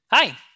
Hi